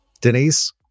Denise